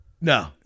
No